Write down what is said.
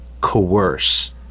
coerce